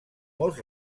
molts